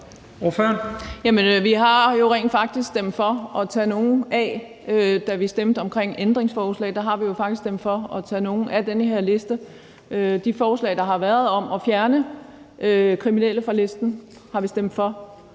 jo faktisk for at tage nogle af den her liste. De forslag, der har været, om at fjerne kriminelle fra listen har vi stemt for.